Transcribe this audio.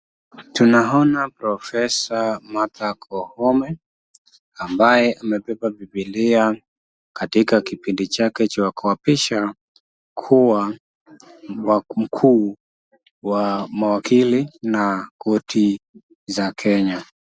Tunaona profesa Martha Koome ambaye amebeba Bibilia katika kipindi chake cha kuapishwa kuwa mkuu wa mawakili na korti za Kenya.